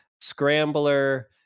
scrambler